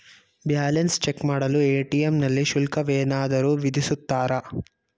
Balance check ಮಾಡಲು ATM ನಲ್ಲಿ ಶುಲ್ಕವೇನಾದರೂ ವಿಧಿಸುತ್ತಾರಾ?